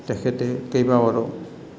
তেখেতে কেইবাবাৰো